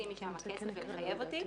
התשלום שלי ולהוציא משם כסף ולחייב אותי.